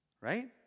Right